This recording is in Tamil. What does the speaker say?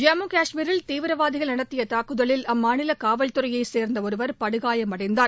ஜம்மு காஷ்மீரில் தீவிரவாதிகள் நடத்திய தாக்குதலில் அம்மாநில காவல்துறையை சேர்ந்த ஒருவர் படுகாயமடைந்தார்